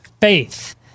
faith